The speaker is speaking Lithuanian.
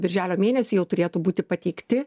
birželio mėnesį jau turėtų būti pateikti